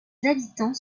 habitants